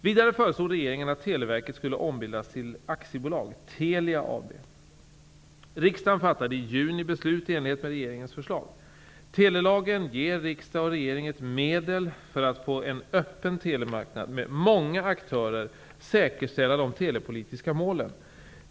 Vidare föreslog regeringen att Telelagen ger riksdag och regering ett medel för att på en öppen telemarknad med många aktörer säkerställa de telepolitiska målen.